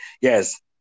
Yes